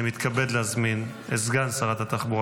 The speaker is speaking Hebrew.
אני מתכבד להזמין את סגן שרת התחבורה